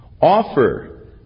Offer